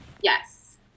Yes